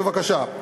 בבקשה.